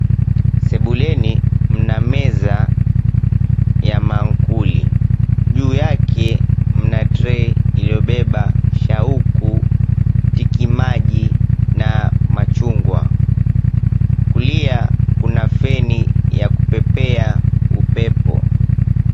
Sebuleni mna meza ya maakuli, juu yake mna trey iliyobeba shauku tikiti maji na machungwa. Kulia kuna feni ya kupepea upepo.